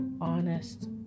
honest